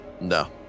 No